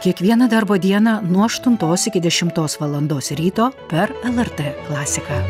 kiekvieną darbo dieną nuo aštuntos iki dešimtos valandos ryto per lrt klasiką